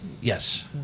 Yes